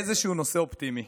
איזשהו נושא אופטימי,